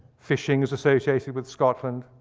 fishing is associated with scotland,